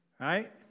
right